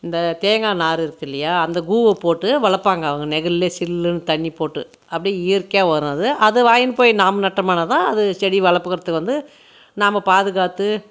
இந்த தேங்காய் நார் இருக்கில்லையா அந்த கூவ போட்டு வளர்ப்பாங்க அவங்க நெழல்லயே சில்லுனு தண்ணி போட்டு அப்படி இயற்கையாக உரம் அது அதை வாய்ண்ட்டு போய் நாம் நட்டோமானாதான் அது செடி வளப்பகர்த்துக்கு வந்து நாம் பாதுகாத்து